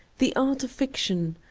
the art of fiction.